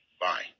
Bye